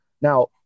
Now